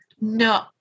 No